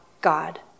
God